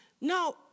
Now